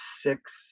six